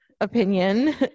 opinion